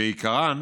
שעיקרן